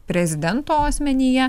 prezidento asmenyje